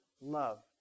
love